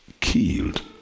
killed